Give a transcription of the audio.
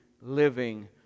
living